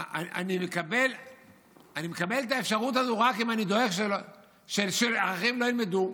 אני מקבל את האפשרות הזו רק אם אני דואג שאחרים לא ילמדו.